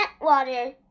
water